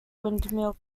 windmill